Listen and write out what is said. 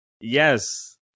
Yes